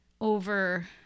over